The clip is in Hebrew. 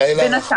מתי להערכתך